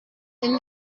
and